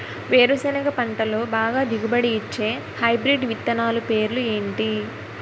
వేరుసెనగ పంటలో బాగా దిగుబడి వచ్చే హైబ్రిడ్ విత్తనాలు పేర్లు ఏంటి?